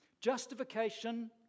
Justification